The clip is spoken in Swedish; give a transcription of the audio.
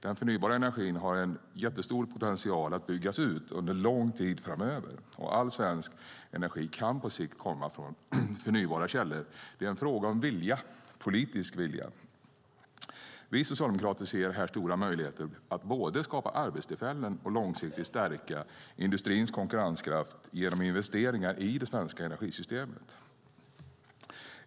Den förnybara energin har stor potential att byggas ut under lång tid framöver, och all svensk energi kan på sikt komma från förnybara källor. Det är en fråga om vilja, politisk vilja. Vi socialdemokrater ser här stora möjligheter att både skapa arbetstillfällen och långsiktigt stärka industrins konkurrenskraft genom investeringar i det svenska energisystemet.